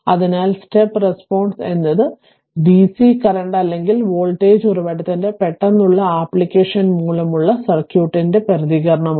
അതിനാൽ step response എന്നത് ഒരു ഡ്DC കറന്റ് അല്ലെങ്കിൽ വോൾട്ടേജ് ഉറവിടത്തിന്റെ പെട്ടെന്നുള്ള ആപ്ലിക്കേഷൻ മൂലമുള്ള സർക്യൂട്ടിന്റെ പ്രതികരണമാണ്